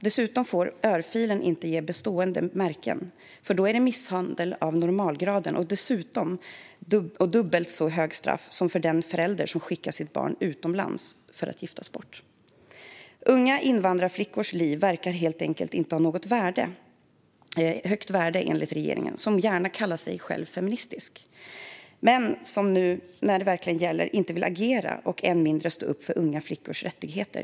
Dessutom får örfilen inte ge bestående märken, för då är det misshandel av normalgraden och dubbelt så högt straff som för den förälder som skickar sitt barn utomlands för att giftas bort. Unga invandrarflickors liv verkar helt enkelt inte ha något högt värde enligt regeringen, som gärna kallar sig själv feministisk men som nu när det verkligen gäller inte vill agera och än mindre stå upp för unga flickors rättigheter.